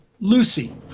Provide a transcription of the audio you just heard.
Lucy